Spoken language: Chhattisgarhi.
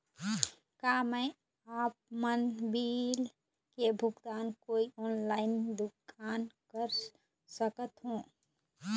का मैं आपमन बिल के भुगतान कोई ऑनलाइन दुकान कर सकथों?